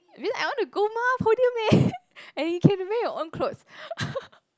I want to go mah podium leh and you can wear your own clothes